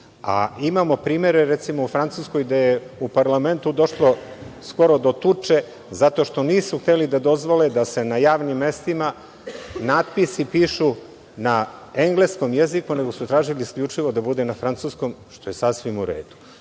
a imamo primere, recimo, u Francuskoj, gde je u parlamentu došlo skoro do tuče zato što nisu hteli da dozvole da se na javnim mestima natpisi pišu na engleskom jeziku, nego su tražili isključivo da bude na francuskom, što je sasvim u redu. Neće